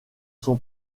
son